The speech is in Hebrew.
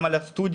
גם על הסטודיו,